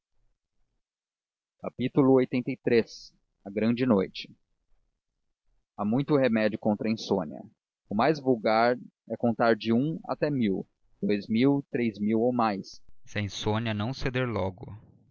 com duas lxxxiii a grande noite há muito remédio contra a insônia o mais vulgar é contar de um até mil dous mil três mil ou mais se a insônia não ceder logo